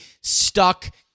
stuck